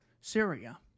Syria